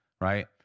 right